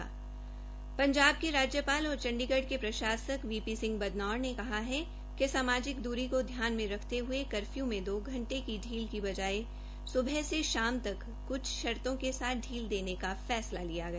पंजाब के राज्यपाल और चण्डीगढ के प्रशासक वीपी सिंह बधनोर ने कहा है कि सामाजिक दूरी को ध्यान में रखते हुए कर्फयू में दो घंटे की ढील की बजाए सुबह से शाम तक कुछ शर्तों के साथ ढील देने का फैसला लिया गया